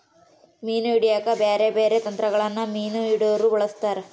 ಮೀನು ಹಿಡೆಕ ಬ್ಯಾರೆ ಬ್ಯಾರೆ ತಂತ್ರಗಳನ್ನ ಮೀನು ಹಿಡೊರು ಬಳಸ್ತಾರ